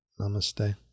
Namaste